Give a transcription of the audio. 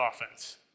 offense